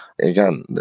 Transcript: Again